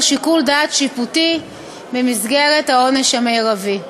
שיקול דעת שיפוטי במסגרת העונש המרבי.